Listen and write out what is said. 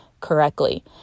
correctly